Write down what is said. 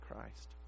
Christ